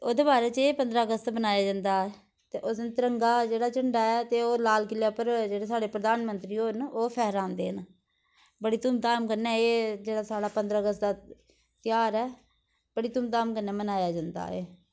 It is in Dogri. ओह्दे बारै च एह् पंदरां अगस्त बनाया जंदा ते ओस दिन तिरंगा जेह्ड़ा झंडा ऐ ओह् लाल किले पर जेह्ड़े साढ़े प्रधानमंत्री होर न ओह् फैहरांदे न बडी धूमधाम कन्नै एह् जेह्ड़ा साढा पंदरां अगस्त ध्यार ऐ बड़ी धूमधाम कन्नै मनाया जंदा एह्